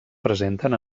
presenten